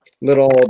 little